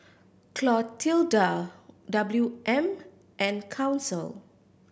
Clotilda W M and Council